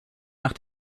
nach